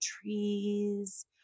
trees